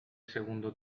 segundo